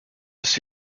his